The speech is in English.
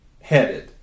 headed